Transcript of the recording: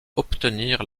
obtenir